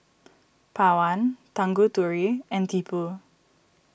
Pawan Tanguturi and Tipu